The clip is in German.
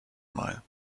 mal